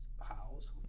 house